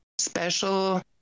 Special